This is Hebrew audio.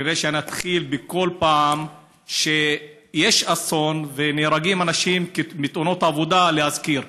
כנראה שאני אתחיל בכל פעם שיש אסון ונהרגים אנשים בתאונות עבודה להזכיר.